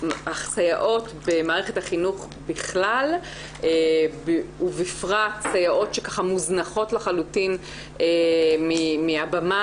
סייעות במערכת החינוך בכלל ובפרט סייעות שמוזנחות לחלוטין מהבמה,